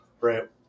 right